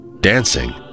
dancing